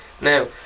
Now